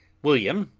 william,